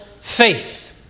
faith